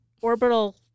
orbital